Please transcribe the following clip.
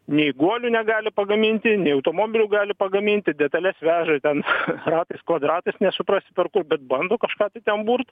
nei guolių negali pagaminti nei automobilių gali pagaminti detales veža ten ratais kvadratais nesuprasi per kur bet bando kažką tai ten burt